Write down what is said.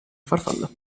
farfalla